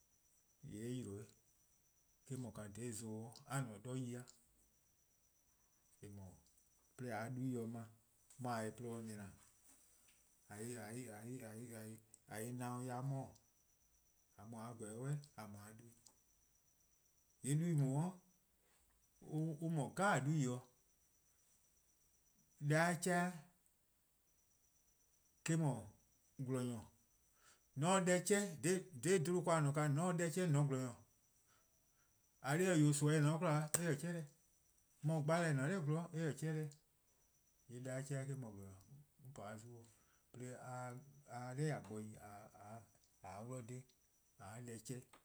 :Yee' eh yi 'de. Eh-: 'dhu dha zon :daa 'di a no 'de yi-a. :eh :mor 'de :a 'ye 'duhba+-nyor+ 'ble, mor :a se-ih :porluh ken-dih :na-dih:, mor a se-ih 'nyinor ken-dih 'mo-dih:. :a mu-a pobo-' 'suh yee' :a 'ble 'duhba'+. :yee' 'duhba'+ :daa on :mor 'duhba'+ 'jeh 'o. Deh-a 'chean' :eh-: 'dhu, :gwlor-nyor: :mor :on se deh 'chean', dha 'bluhba ken :a ne-a :mor :on se deh 'chean' :yee' :on :se :gwlor-nyor. :eh :korn dhih :eh, nimi :eh :ne-a 'de 'kwla eh-: 'chean' deh, mor gbalor:+ :eh :ne-a 'nor gwlor eh-' 'chean' deh. :yee' deh-a 'chean' eh-: no gwlor-nyor. 'On po-a zio' 'de a 'ye nor :a bo yi :a 'ye-dih :dhe :a 'ye deh 'chean'.